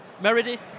Meredith